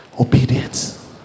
Obedience